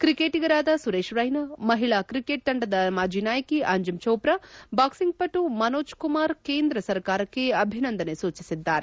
ಕ್ರಿಕೆಟಗರಾದ ಸುರೇಶ್ ರೈನಾ ಮಹಿಳಾ ಕ್ರಿಕೆಟ್ ತಂಡದ ಮಾಜಿ ನಾಯಕಿ ಅಂಜುಂ ಛೋಪ್ರಾ ಬಾಕ್ಷಿಂಗ್ ಪಟು ಮನೋಜ್ ಕುಮಾರ್ ಕೇಂದ್ರ ಸರಕಾರಕ್ಷೆ ಅಭಿನಂದನೆ ಸೂಚಿಸಿದ್ದಾರೆ